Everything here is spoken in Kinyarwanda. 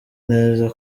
neza